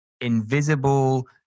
invisible